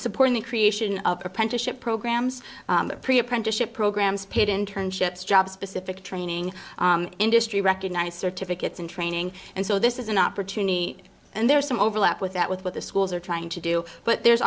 supporting the creation of apprenticeship programs apprenticeship programs paid internships job specific training industry recognize certificates and training and so this is an opportunity and there's some overlap with that with what the schools are trying to do but there's